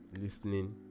listening